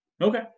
Okay